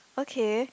okay